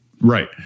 right